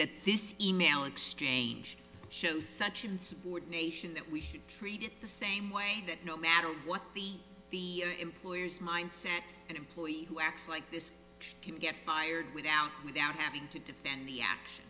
that this e mail exchange shows such insubordination that we should treat it the same way that no matter what the employer's mindset and employee who acts like this can get fired without without having to defend the act